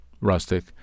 rustic